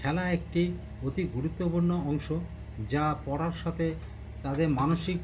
খেলা একটি অতি গুরুত্বপূর্ণ অংশ যা পড়ার সাথে তাদের মানসিক